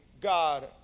God